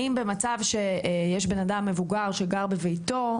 האם במצב שיש בן אדם מבוגר שגר בביתו,